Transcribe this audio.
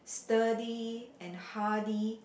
sturdy and hardy